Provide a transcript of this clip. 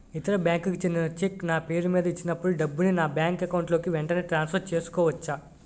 ఇతర బ్యాంక్ కి చెందిన చెక్ నా పేరుమీద ఇచ్చినప్పుడు డబ్బుని నా బ్యాంక్ అకౌంట్ లోక్ వెంటనే ట్రాన్సఫర్ చేసుకోవచ్చా?